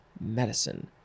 medicine